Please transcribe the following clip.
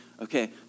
okay